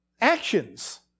actions